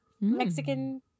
Mexican